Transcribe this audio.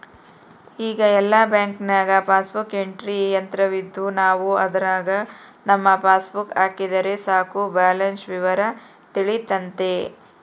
ಈಗ ಎಲ್ಲ ಬ್ಯಾಂಕ್ನಾಗ ಪಾಸ್ಬುಕ್ ಎಂಟ್ರಿ ಯಂತ್ರವಿದ್ದು ನಾವು ಅದರಾಗ ನಮ್ಮ ಪಾಸ್ಬುಕ್ ಹಾಕಿದರೆ ಸಾಕು ಬ್ಯಾಲೆನ್ಸ್ ವಿವರ ತಿಳಿತತೆ